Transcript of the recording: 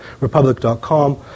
republic.com